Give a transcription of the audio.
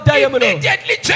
immediately